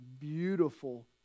beautiful